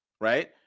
right